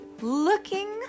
Looking